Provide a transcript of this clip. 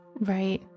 Right